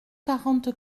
quarante